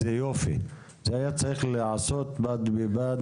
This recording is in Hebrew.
זה יופי אבל זה היה צריך להיעשות בד בבד